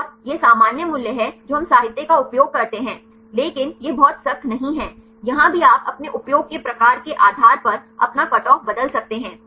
और यह सामान्य मूल्य है जो हम साहित्य का उपयोग करते हैं लेकिन यह बहुत सख्त नहीं है यहां भी आप अपने उपयोग के प्रकार के आधार पर अपना कटऑफ बदल सकते हैं